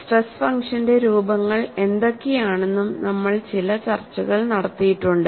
stress ഫംഗ്ഷന്റെ രൂപങ്ങൾ എന്തൊക്കെയാണെന്നും നമ്മൾ ചില ചർച്ചകൾ നടത്തിയിട്ടുണ്ട്